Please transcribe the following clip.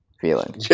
feeling